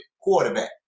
quarterback